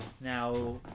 Now